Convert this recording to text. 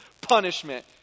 punishment